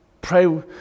Pray